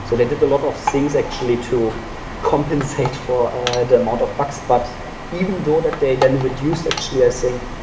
so they did a lot of things actually to compensate for ah the amount of but but even though that they then would use actually, i think,